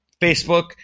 Facebook